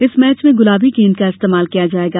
इस मैच में गुलाबी गेंद का इस्तेमाल किया जायेगा